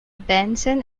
benson